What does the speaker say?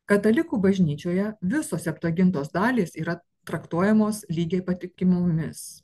katalikų bažnyčioje visos septuagintos dalys yra traktuojamos lygiai patikimomis